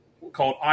called